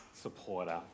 supporter